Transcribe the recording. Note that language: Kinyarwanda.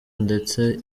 ndetse